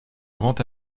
grand